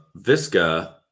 Visca